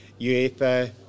UEFA